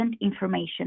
information